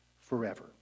forever